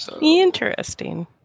Interesting